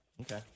Okay